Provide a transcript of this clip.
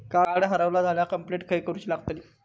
Card हरवला झाल्या complaint खय करूची लागतली?